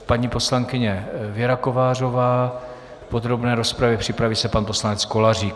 Paní poslankyně Věra Kovářová v podrobné rozpravě, připraví se pan poslanec Kolářík.